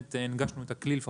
ה-30%.